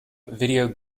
video